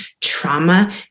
trauma